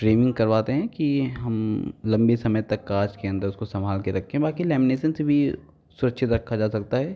framing करवाते हैं कि हम लंबे समय तक काँच के अंदर उसको संभाल के रखें बाकी लैमीनेसन से भी सुरक्षित रखा जा सकता है